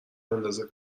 اندازه